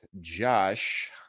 Josh